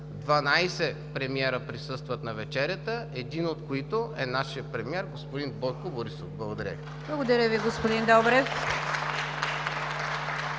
12 премиери присъстват на вечерята, един от които е нашият премиер – господин Бойко Борисов! Благодаря Ви. (Ръкопляскания